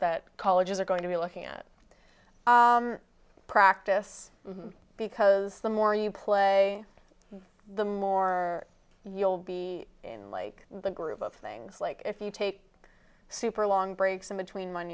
that colleges are going to be looking at practice because the more you play the more you'll be in like the groove of things like if you take super long breaks in between